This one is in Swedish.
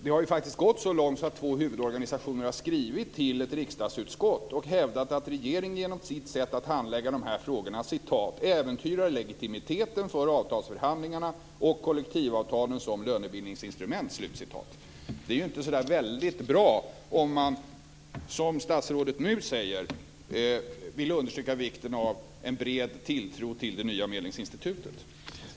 Det har nu faktiskt gått så långt att två huvudorganisationer har skrivit till ett riksdagsutskott och hävdat att genom regeringens sätt att handla i de här frågorna "äventyras legitimiteten för avtalsförhandlingarna och kollektivavtalen som lönebildningsinstrument". Det är inte så väldigt bra om man, som statsrådet nu säger, vill understryka vikten av en bred tilltro till det nya medlingsinstitutet.